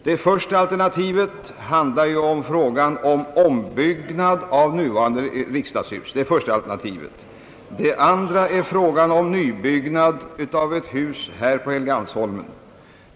Det första alternativet handlar om frågan om ombyggnad av nuvarande riksdagshus. Det andra är frågan om nybyggnad av ett hus här på Helgeandsholmen.